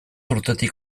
urtetik